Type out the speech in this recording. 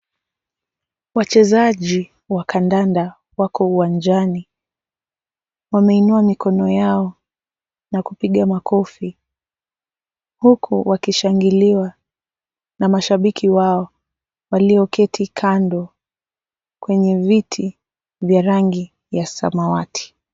Wachezaji wa kandanda wako uwanjani. Wameinua mikono yao na kupiga makofi huku wakishangiliwa na mashabiki wao walioketi kando kwenye viti vya rangi ya samawati.